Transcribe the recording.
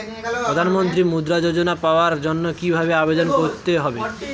প্রধান মন্ত্রী মুদ্রা যোজনা পাওয়ার জন্য কিভাবে আবেদন করতে হবে?